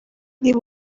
niba